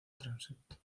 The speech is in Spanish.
transepto